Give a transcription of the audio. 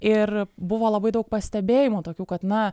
ir buvo labai daug pastebėjimų tokių kad na